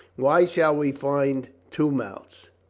why shall we find two mouths?